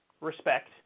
Respect